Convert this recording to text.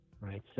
right